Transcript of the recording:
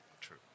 True